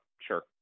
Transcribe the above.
sure